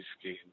scheme